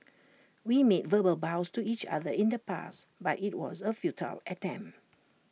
we made verbal vows to each other in the past but IT was A futile attempt